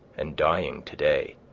and dying today,